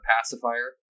Pacifier